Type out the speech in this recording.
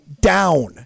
down